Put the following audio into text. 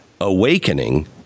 awakening